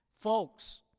Folks